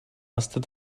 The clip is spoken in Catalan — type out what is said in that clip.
estat